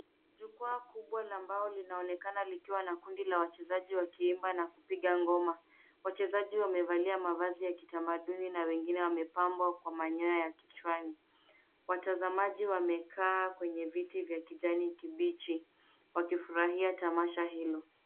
Jukwaa kubwa la mbao linaonekana likiwa na kundi la wachezaji wakiimba na kupiga ngoma. Wachezaji wamevalia mavazi ya kitamaduni na wengine wamepabwa kwa manyoya ya kichwani. Watazamaji wamekaa kwenye viti vya kijani kibichi wakifurahia tamasha hilo.